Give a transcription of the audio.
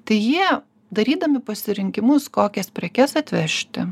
tai jie darydami pasirinkimus kokias prekes atvežti